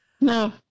No